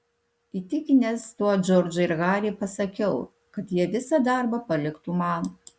įtikinęs tuo džordžą ir harį pasakiau kad jie visą darbą paliktų man